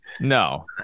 No